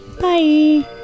Bye